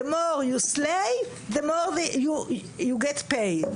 The more you slay, the more you get paid.